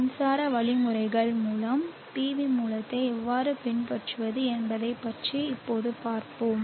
மின்சார வழிமுறைகள் மூலம் PV மூலத்தை எவ்வாறு பின்பற்றுவது என்பதைப் பற்றி இப்போது பார்ப்போம்